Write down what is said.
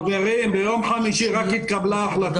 ביום חמישי רק התקבלה ההחלטה.